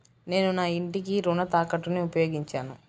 నేను నా ఇంటిని రుణ తాకట్టుకి ఉపయోగించాను